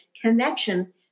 connection